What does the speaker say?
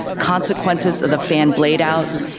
consequences of the fan blade out,